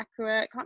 accurate